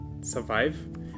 survive